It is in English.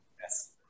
yes